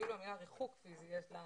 לדעתי אפילו המושג "ריחוק פיזי" יש לו